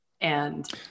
And-